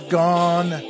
gone